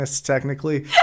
technically